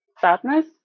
sadness